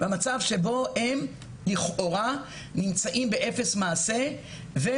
זה מצב שבו הם לכאורה נמצאים באפס מעשה והם